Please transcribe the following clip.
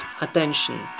Attention